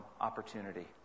opportunity